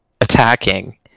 attacking